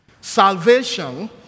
Salvation